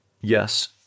Yes